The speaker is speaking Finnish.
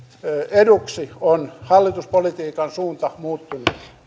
eduksi on hallituspolitiikan suunta muuttunut